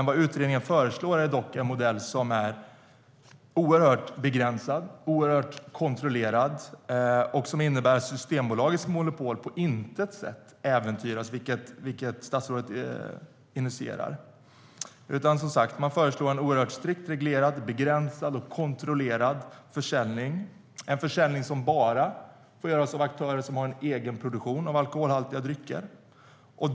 Vad utredningen föreslår är dock en modell som är oerhört begränsad och oerhört kontrollerad och som innebär att Systembolagets monopol på intet sätt äventyras, vilket statsrådet insinuerar. Man föreslår som sagt en oerhört strikt reglerad, begränsad och kontrollerad försäljning. Det är en försäljning som bara får göras av aktörer som har en egen produktion av alkoholhaltiga drycker.